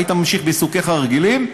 היית ממשיך בעיסוקיך הרגילים,